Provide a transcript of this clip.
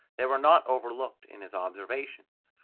they were not overlooked in his observations.